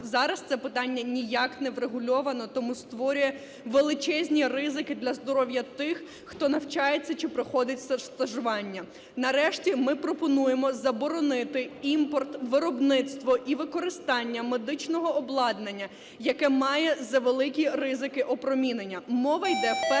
Зараз це питання ніяк не врегульовано, тому створює величезні ризики для здоров'я тих, хто навчається чи проходить стажування. Нарешті, ми пропонуємо заборонити імпорт, виробництво і використання медичного обладнання, яке має завеликі ризики опромінення. Мова йде в першу